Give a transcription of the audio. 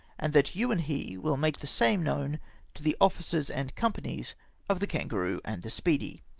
and that you and he will make the same known to the officers and companies of the kangaroo and the speedy.